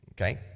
Okay